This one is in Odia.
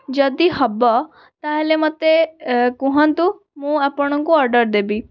ଯଦି ହେବ ତା'ହାଲେ ମୋତେ କୁହନ୍ତୁ ମୁଁ ଆପଣଙ୍କୁ ଅର୍ଡ଼ର୍ ଦେବି